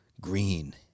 green